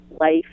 life